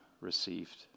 received